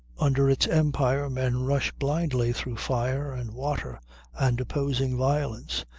under its empire men rush blindly through fire and water and opposing violence,